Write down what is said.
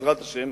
בעזרת השם,